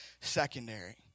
secondary